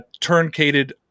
turncated